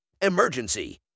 Emergency